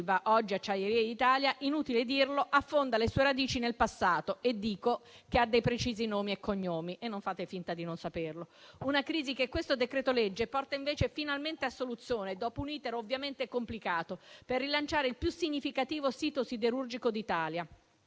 Ilva, oggi Acciaierie d'Italia - inutile dirlo - affonda le sue radici nel passato e dico che ha dei precisi nomi e cognomi, e non fate finta di non saperlo. Una crisi che questo decreto-legge porta invece finalmente a soluzione, dopo un *iter* ovviamente complicato, per rilanciare il più significativo sito siderurgico d'Italia.